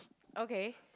okay